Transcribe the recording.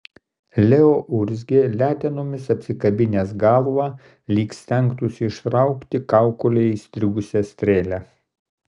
leo urzgė letenomis apsikabinęs galvą lyg stengtųsi ištraukti kaukolėje įstrigusią strėlę